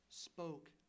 spoke